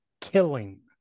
killing